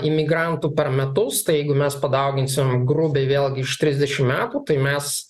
imigrantų per metus tai jeigu mes padauginsime grubiai vėlgi iš trisdešimt metų tai mes